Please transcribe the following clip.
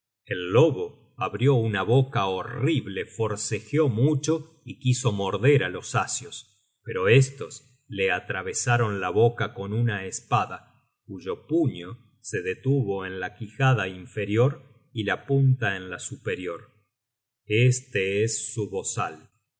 el lobo abrió una boca horrible forcejeó mucho y quiso morder á los asios pero estos le atravesaron la boca con una espada cuyo puño se detuvo en la quijada inferior y la punta en la superior este es su bozal